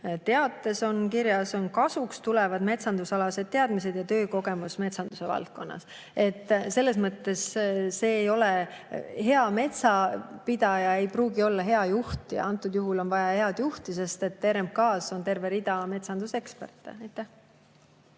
oli kirjas, et kasuks tulevad metsandusalased teadmised ja töökogemus metsanduse valdkonnas. Hea metsapidaja ei pruugi olla hea juht ja antud juhul on vaja head juhti, sest et RMK-s on terve rida metsanduseksperte.